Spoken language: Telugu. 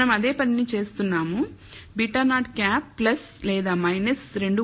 మనం అదే పనిని చేస్తున్నాము β̂0 లేదా 2